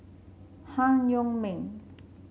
Han Yong May